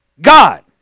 God